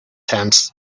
tents